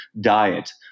diet